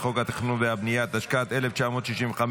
לחוק התכנון והבנייה, התשכ"ה 1965,